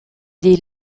des